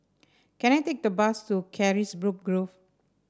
can I take the bus to Carisbrooke Grove